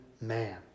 man